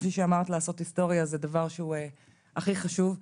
כפי שאמרת, לעשות היסטוריה זה דבר שהוא הכי חשוב.